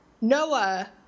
Noah